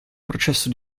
processo